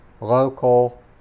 local